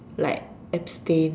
like abstain